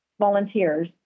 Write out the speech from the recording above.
volunteers